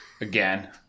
Again